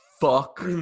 fuck